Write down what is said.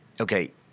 okay